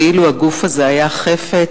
כאילו הגוף הזה היה חפץ,